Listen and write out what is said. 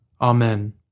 Amen